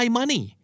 money